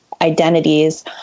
identities